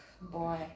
Boy